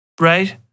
right